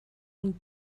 und